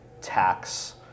tax